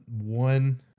one